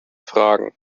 fragen